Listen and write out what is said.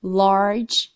large